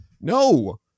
No